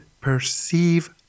perceive